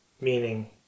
Meaning